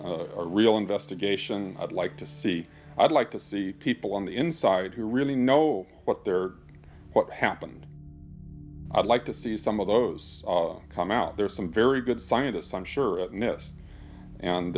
a real investigation i'd like to see i'd like to see people on the inside who really know what they're what happened i'd like to see some of those come out there are some very good scientists i'm sure